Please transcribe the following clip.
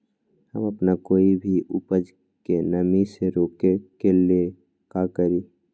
हम अपना कोई भी उपज के नमी से रोके के ले का करी?